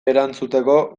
erantzuteko